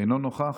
אינו נוכח,